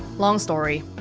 long story